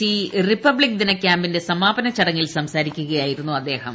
C republic ദിനക്യാമ്പിന്റെ സമാപന ചടങ്ങിൽ സംസാരിക്കുകയായിരുന്നു അദ്ദേഹം